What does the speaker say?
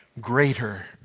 Greater